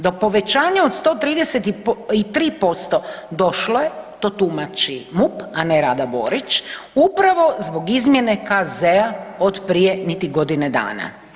Do povećanja od 133% došlo je to tumači MUP, a ne Rada Borić, upravo zbog izmjene KZ-a od prije niti godine dana.